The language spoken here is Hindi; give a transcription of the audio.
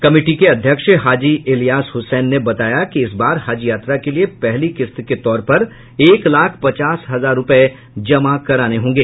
कमिटी के अध्यक्ष हाजी इलियास हुसैन ने बताया कि इस बार हज यात्रा के लिये पहली किस्त के तौर पर एक लाख पचास हजार रूपये जमा करने होंगे